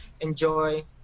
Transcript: enjoy